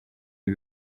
ibi